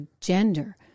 gender